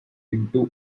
into